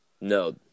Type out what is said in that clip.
No